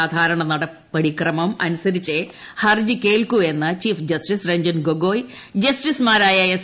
സാധാരണ നടപടിക്രമം അനുസരിച്ചേ ഹർജി കേൾക്കൂവെന്ന് ചീഫ് ജസ്റ്റിസ് രഞ്ജൻ ഗോഗോയി ജസ്റ്റിസുമാരായ എസ്